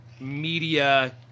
media